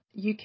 UK